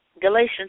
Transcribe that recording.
Galatians